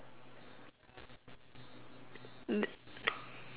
uh